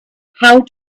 how